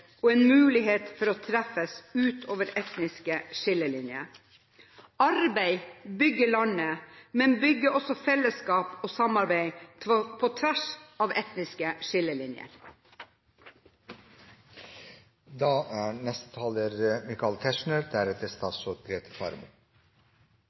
og en mulighet for å treffes utover etniske skillelinjer. Arbeid bygger landet, men bygger også fellesskap og samarbeid på tvers av etniske